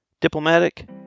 Diplomatic